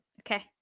Okay